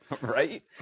Right